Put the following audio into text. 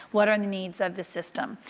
what are the needs of the system.